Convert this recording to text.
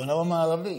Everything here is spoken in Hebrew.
בעולם המערבי,